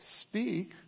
speak